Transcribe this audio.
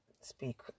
Speak